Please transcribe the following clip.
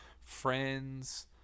friends